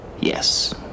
Yes